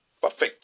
Perfect